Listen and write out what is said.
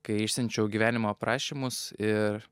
kai išsiunčiau gyvenimo aprašymus ir